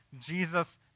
Jesus